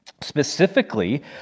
specifically